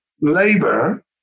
labor